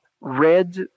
red